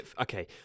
Okay